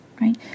right